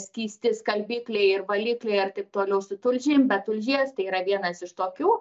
skysti skalbikliai ir valikliai ar taip toliau su tulžim be tulžies tai yra vienas iš tokių